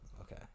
Okay